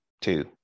two